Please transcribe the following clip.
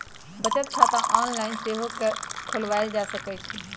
बचत खता ऑनलाइन सेहो खोलवायल जा सकइ छइ